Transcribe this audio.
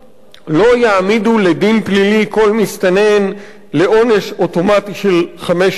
לא יעמידו לדין פלילי כל מסתנן לעונש אוטומטי של חמש שנים,